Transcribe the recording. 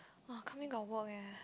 !wah! come in got work eh